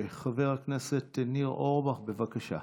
חבר הכנסת ניר אורבך, בבקשה.